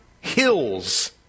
hills